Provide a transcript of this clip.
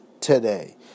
today